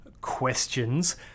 questions